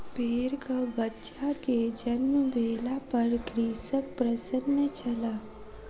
भेड़कबच्चा के जन्म भेला पर कृषक प्रसन्न छल